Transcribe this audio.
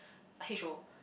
H O